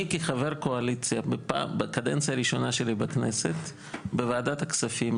אני כחבר קואליציה בקדנציה הראשונה שלי בכנסת בוועדת הכספים,